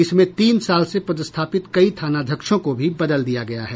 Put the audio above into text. इसमें तीन साल से पदस्थापित कई थानाध्यक्षों को भी बदल दिया गया है